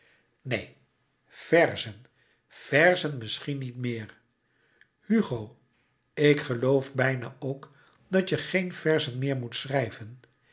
neen verzen verzen misschien niet meer hugo ik geloof bijna ook dat je geen verzen meer moet schrijven